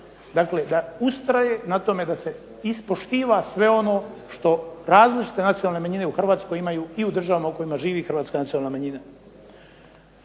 da ustraje na onome da se ispoštiva sve ono što različite nacionalne manjine imaju i u državama u kojima živi Hrvatska nacionalna manjina.